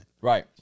Right